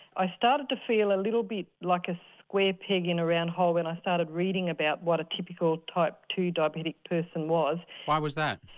i started to feel a little bit like a square peg in a round hole when i started reading about what a typical type two diabetic person was. why was that?